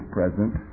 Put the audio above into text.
present